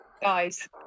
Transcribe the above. guys